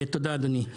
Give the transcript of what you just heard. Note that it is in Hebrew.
תודה, אדוני.